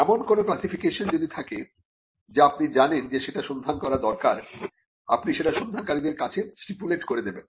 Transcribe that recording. এমন কোন ক্লাসিফিকেশন যদি থাকে যা আপনি জানেন যে সেটা সন্ধান করা দরকার আপনি সেটি সন্ধানকারীদের কাছে স্টিপুলেট করে দেবেন